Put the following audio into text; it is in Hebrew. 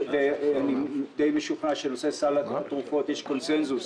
אני די משוכנע שבנושא סל התרופות יש קונצנזוס.